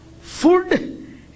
food